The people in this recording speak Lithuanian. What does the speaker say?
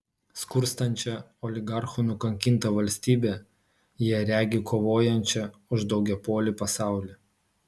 skurstančią oligarchų nukankintą valstybę jie regi kovojančią už daugiapolį pasaulį